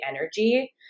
energy